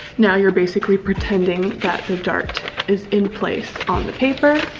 now you're basically pretending that the dart is in place on the paper.